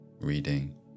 reading